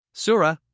Surah